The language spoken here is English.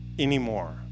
Anymore